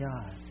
God